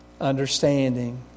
understanding